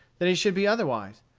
that he should be otherwise.